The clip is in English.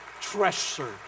treasure